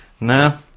No